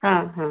ହଁ ହଁ